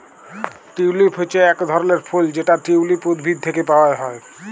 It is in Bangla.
টিউলিপ হচ্যে এক ধরলের ফুল যেটা টিউলিপ উদ্ভিদ থেক্যে পাওয়া হ্যয়